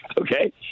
Okay